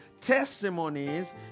testimonies